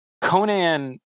conan